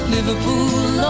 Liverpool